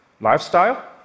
lifestyle